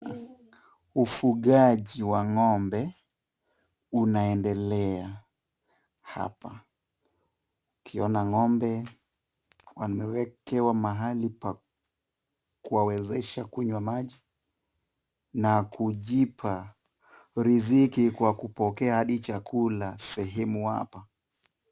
Ufugaji wa ng'ombe unendelea hapa, ukiona ng'ombe wameekewa mahali pakuwawezesha kunywa maji na kujipa riziki kwa kupokea hadi chakula sehemu hapa.